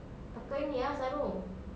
pakai ini ah sarung